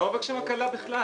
לא מבקשים הקלה בכלל.